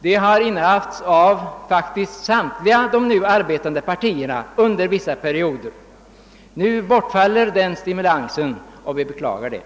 Det har faktiskt innehafts av samtliga de nu arbetande partierna under skilda perioder. Nu bortfaller den stimulansen och vi beklagar det.